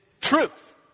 truth